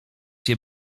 się